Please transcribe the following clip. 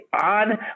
on